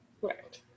Correct